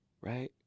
Right